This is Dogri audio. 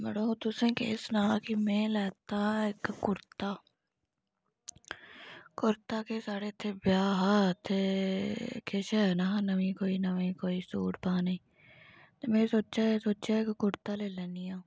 मड़ो तुसें केह् सनांऽ कि में लैता इक कुरता कुरता केह् साढ़े इत्थै ब्याह् हा ते किश है नहा नमीं कोई नमीं कोई सूट पाने गी ते में सोच्चेआ सोच्चेआ इक कुरता लेई लैन्नी आं